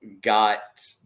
got